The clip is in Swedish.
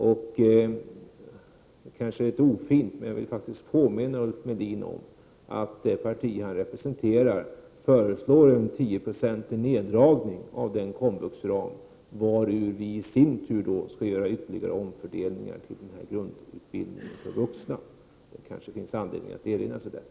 Det kanske är litet ofint, men jag vill faktiskt påminna Ulf Melin om att det parti han representerar föreslår en 10-procentig neddragning av den komvuxram inom vilken vi skall göra ytterligare omfördelningar till grundutbildningen för vuxna. Det kanske finns anledning att erinra sig detta.